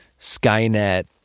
Skynet